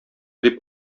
дип